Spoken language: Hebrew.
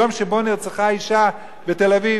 ביום שבו נרצחה אשה בתל-אביב,